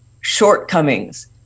shortcomings